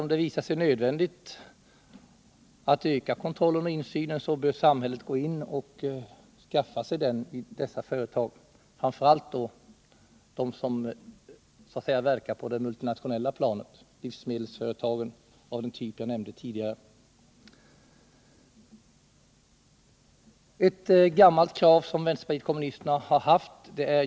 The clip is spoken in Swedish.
Om det visar sig nödvändigt att öka kontrollen och insynen i dessa företag, framför allt de multinationella företagen, bör samhället göra det.